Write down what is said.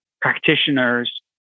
practitioners